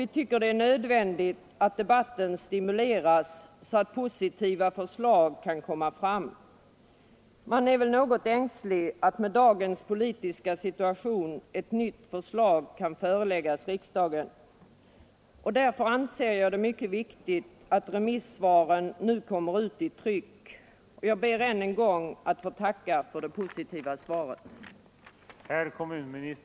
Vi tycker att det är nödvändigt att debatten stimuleras så att positiva förslag kan komma fram. Man är väl något ängslig över att i dagens politiska situation ett nytt förslag kanske föreläggs riksdagen. Därför anser jag det mycket viktigt att remissvaren nu kommer ut i tryck. Jag ber än en gång att få tacka för det positiva svaret.